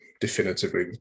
definitively